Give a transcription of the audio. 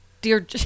Dear